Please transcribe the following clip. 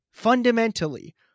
fundamentally